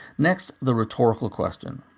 next, the rhetorical question.